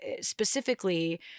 specifically